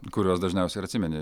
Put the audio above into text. kuriuos dažniausiai ir atsimeni